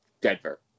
Denver